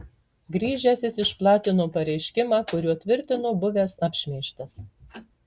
grįžęs jis išplatino pareiškimą kuriuo tvirtino buvęs apšmeižtas